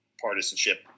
partisanship